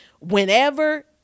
whenever